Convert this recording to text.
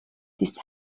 this